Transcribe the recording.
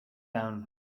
down